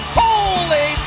holy